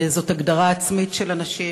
זאת הגדרה עצמית של אנשים,